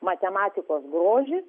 matematikos grožis